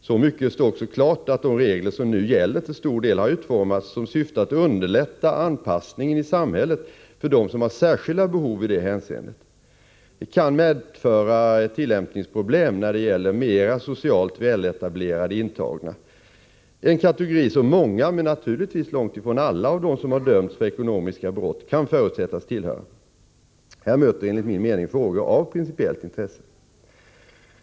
Så mycket står också klart att de regler som nu gäller till stor del har utformats med syfte att underlätta anpassningen i samhället för dem som har särskilda behov i detta hänseende. Det kan medföra tillämpningsproblem när det gäller mera socialt väletablerade intagna, en kategori som många — men naturligtvis långt ifrån alla — av dem som har dömts för ekonomiska brott kan förutsättas tillhöra. Här möter enligt min mening frågor av principiellt intresse.